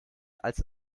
als